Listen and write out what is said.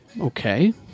okay